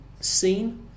scene